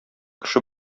кеше